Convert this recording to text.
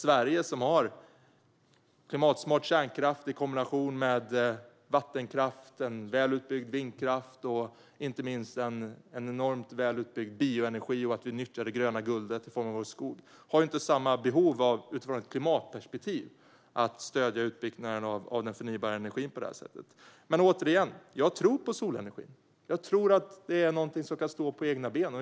Sverige har klimatsmart kärnkraft i kombination med vattenkraft, välutbyggd vindkraft, en enormt välutbyggd bioenergikraft och det gröna guldet i form av skog. Sverige har därför utifrån ett klimatperspektiv inte samma behov av att stödja utbyggnaden av den förnybara energin. Jag tror på solenergin. Den kan stå på egna ben.